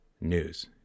news